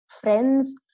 friends